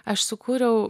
aš sukūriau